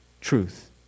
truth